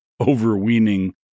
overweening